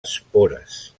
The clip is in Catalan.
espores